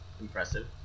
Impressive